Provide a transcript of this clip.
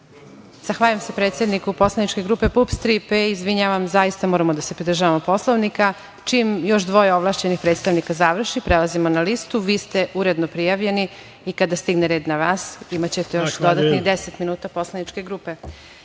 Zahvaljujem se predsedniku poslaničke grupe PUPS Tri P i izvinjavam. Zaista moramo da se pridržavamo Poslovnika. Čim još dvoje ovlašćenih predstavnika završi, prelazimo na listu. Vi ste uredno prijavljeni i kada stigne red na vas imaćete još dodatnih 10 minuta poslaničke grupe. Reč